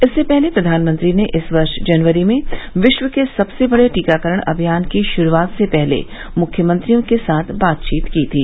इससे पहले प्रधानमंत्री ने इस वर्ष जनवरी में विश्व के सबसे बड़े टीकाकरण अमियान की शुरूआत से पहले मुख्यमंत्रियों के साथ बातचीत की थी